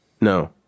No